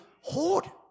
hoard